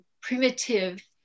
primitive